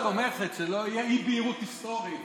הממשלה תומכת, שלא תהיה אי-בהירות היסטורית.